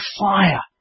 fire